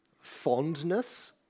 fondness